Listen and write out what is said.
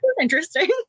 interesting